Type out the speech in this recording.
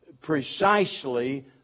precisely